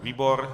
Výbor?